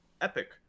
epic